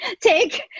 take